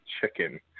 chicken